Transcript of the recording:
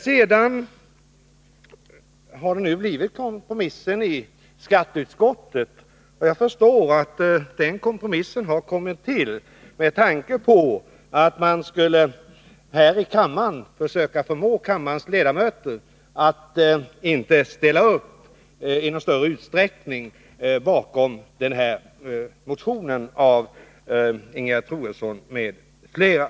Sedan har man gjort en kompromiss i skatteutskottet. Jag förstår att den kompromissen har kommit till med tanke på att man skulle försöka förmå kammarens ledamöter att inte i större utsträckning ställa sig bakom motionen av Ingegerd Troedsson m.fl.